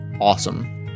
awesome